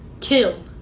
kill